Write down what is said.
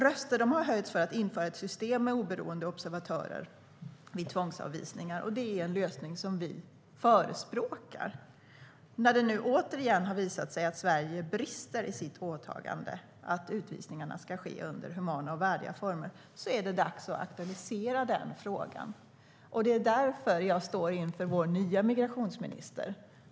Röster har höjts för att införa ett system med oberoende observatörer vid tvångsavvisningar, och det är en lösning vi förespråkar. När det nu återigen har visat sig att Sverige brister i sitt åtagande att utvisningarna ska ske under humana och värdiga former är det dags att aktualisera frågan. Det är därför jag står inför vår migrationsminister i dag.